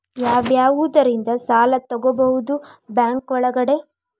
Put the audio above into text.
ಯಾವ್ಯಾವುದರಿಂದ ಸಾಲ ತಗೋಬಹುದು ಬ್ಯಾಂಕ್ ಒಳಗಡೆ?